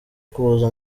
kuza